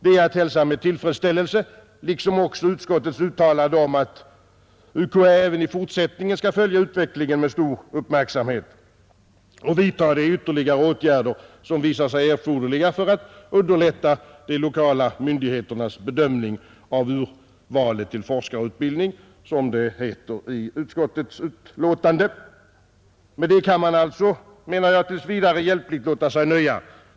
Det är att hälsa med tillfredsställelse liksom också utskottets uttalande om att ”universitetskanslersämbetet även i fortsättningen följer utvecklingen med stor uppmärksamhet och vidtar de ytterligare åtgärder som visar sig erforderliga i syfte att underlätta de lokala myndigheternas bedömning av urval och antagning till forskarutbildning”. Med detta kan man, menar jag, tills vidare hjälpligt låta sig nöja.